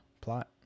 plot